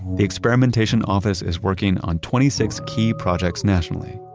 the experimentation office is working on twenty six key projects nationally.